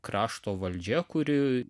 krašto valdžia kuri